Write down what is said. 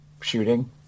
shooting